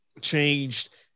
changed